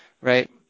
right